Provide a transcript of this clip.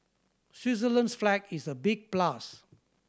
Switzerland's flag is a big plus